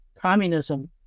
communism